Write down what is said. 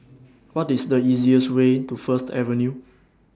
What IS The easiest Way to First Avenue